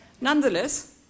Nonetheless